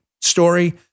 story